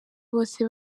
bose